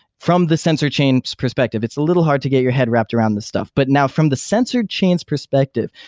from the censor chain's perspective. it's a little hard to get your head wrapped around this stuff. but now from the censored chain's perspective,